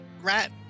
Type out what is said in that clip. rat